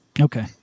Okay